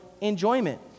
enjoyment